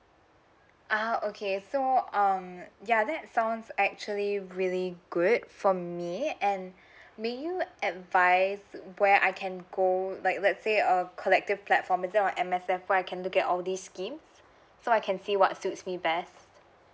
uh okay so um ya that sounds actually really good for me and may you advise where I can go like let say err collective platform instead of M_S_F so I can look at all these schemes so I can see what suits me best